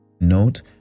Note